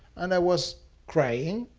and i was crying.